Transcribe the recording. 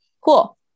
cool